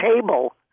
table